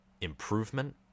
improvement